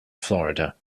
florida